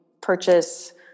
purchase